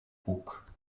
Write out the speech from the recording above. puk